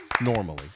Normally